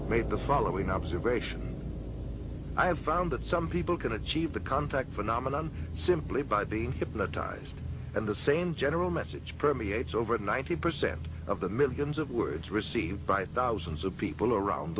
made the following observation i have found that some people can achieve the contact phenomenon simply by being hypnotized and the same general message permeates over ninety percent of the millions of words received by thousands of people around